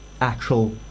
actual